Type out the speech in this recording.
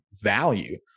value